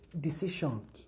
decisions